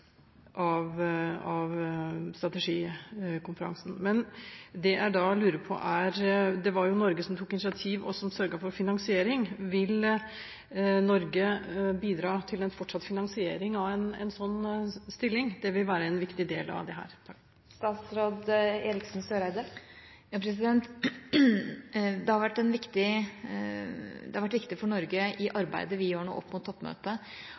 av strategikonferansen. Det jeg lurer på, er: Det var Norge som tok initiativ, og som sørget for finansiering – vil Norge bidra til en fortsatt finansiering av en sånn stilling? Det vil være en viktig del av dette. Det har i arbeidet vi gjør opp mot toppmøtet, vært viktig for Norge å sikre at dette blir en del av det